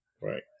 Right